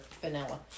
vanilla